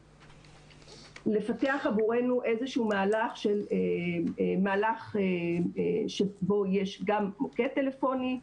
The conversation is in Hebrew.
ולפתח עבורנו איזשהו מהלך שבו יש גם מוקד טלפוני,